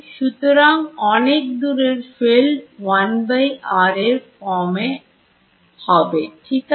সুতরাং অনেক দূরের field 1r এর form এ হবে ঠিক আছে